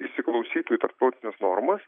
įsiklausytų į tarptautines normas